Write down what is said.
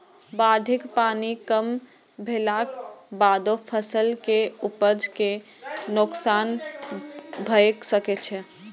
बाढ़िक पानि कम भेलाक बादो फसल के उपज कें नोकसान भए सकै छै